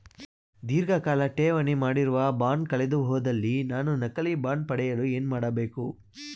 ಧೀರ್ಘಕಾಲ ಠೇವಣಿ ಮಾಡಿರುವ ಬಾಂಡ್ ಕಳೆದುಹೋದಲ್ಲಿ ನಾನು ನಕಲಿ ಬಾಂಡ್ ಪಡೆಯಲು ಏನು ಮಾಡಬೇಕು?